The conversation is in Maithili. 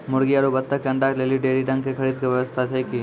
मुर्गी आरु बत्तक के अंडा के लेली डेयरी रंग के खरीद के व्यवस्था छै कि?